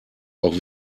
auch